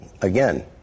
Again